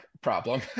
problem